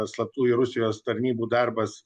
slaptųjų rusijos tarnybų darbas